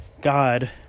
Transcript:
God